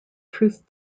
truth